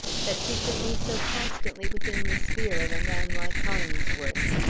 that she should be so constantly within the sphere of a man like hollingsworth.